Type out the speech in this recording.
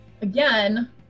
again